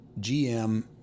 GM